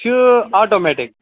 یہِ چھِ آٹوٗمیٹِک